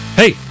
Hey